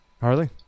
Harley